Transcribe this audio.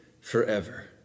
forever